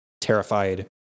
terrified